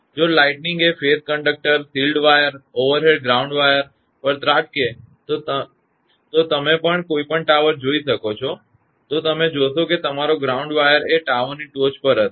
જો લાઈટનિંગ એ phase conductor shield wire overhead ground wire પર ત્રાટકે તો જો તમે કોઈપણ ટાવર જોશો તો તમે જોશો કે તમારો ગ્રાઉન્ડ વાયર એ ટાવરની ટોચસૌથી ઉપર પર હશે